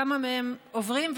כמה מהם עוברים,